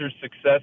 success